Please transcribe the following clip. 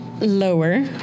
Lower